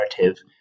narrative